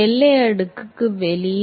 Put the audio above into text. எல்லை அடுக்குக்கு வெளியே